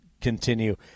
continue